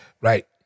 Right